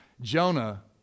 Jonah